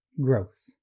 growth